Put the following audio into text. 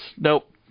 Nope